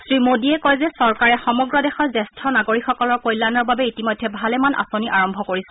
শ্ৰীমোদীয়ে কয় যে চৰকাৰে সমগ্ৰ দেশৰ জ্যেষ্ঠ নাগৰিকসকলৰ কল্যাণৰ বাবে ইতিমধ্যে ভালেমান আঁচনি আৰম্ভ কৰিছে